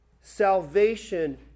salvation